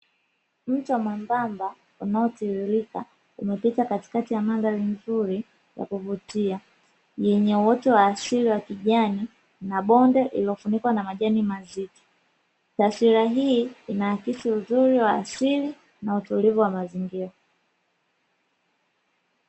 Mto mwembamba unaotiririka umepita katikati ya mandhari nzuri na ya kuvutia yenye uoto wa asili wa kijani na bonde lililofunikwa na majani mazito. Taswira hii inaakisi uzuri wa asili na utulivu wa mazingira.